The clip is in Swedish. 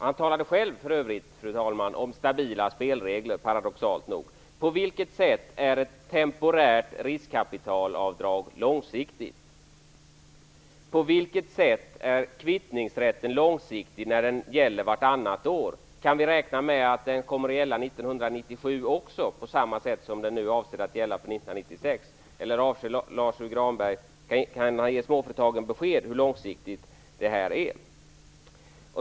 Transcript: Han talade själv för övrigt om stabila spelregler, paradoxalt nog. På vilket sätt är ett temporärt riskkapitalavdrag långsiktigt? På vilket sätt är kvittningsrätten långsiktig när den gäller vartannat år? Kan vi räkna med att den kommer att gälla också 1997 på samma sätt som den nu avses att gälla för 1996? Eller kan Lars U Granberg ge besked hur långsiktigt detta är?